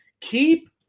keep